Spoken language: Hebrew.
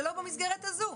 זה לא במסגרת הזו.